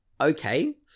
okay